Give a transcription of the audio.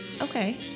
okay